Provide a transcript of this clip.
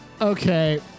okay